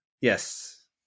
Yes